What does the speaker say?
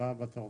הבאה בתור,